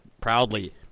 proudly